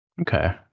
Okay